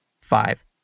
Five